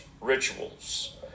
rituals